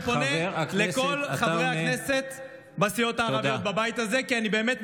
חבר הכנסת כץ, חבר הכנסת כץ, תן לי רגע.